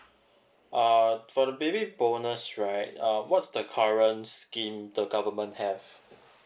uh for the baby bonus right uh what's the current scheme the government have